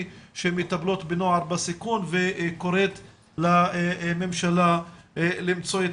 שמטפלות בנוער בסיכון וקוראת לממשלה למצוא את